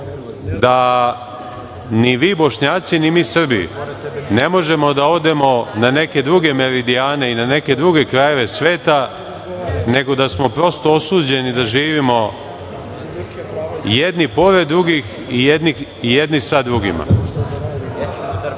da ni vi Bošnjaci ni mi Srbi ne možemo da odemo na neke druge meridijane i na neke druge krajeve sveta, nego da smo prosto osuđeni da živimo jedni pored drugih i jedni sa drugima. Što